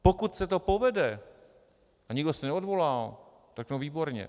Pokud se to povede a nikdo se neodvolal, no tak výborně.